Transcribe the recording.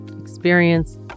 experience